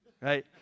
right